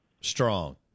strong